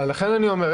לכן אני אומר.